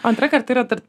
antra karta yra tarp